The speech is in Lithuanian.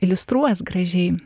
iliustruos gražiai